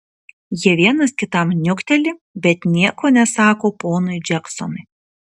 jie vienas kitam niukteli bet nieko nesako ponui džeksonui